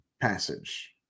passage